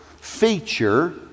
feature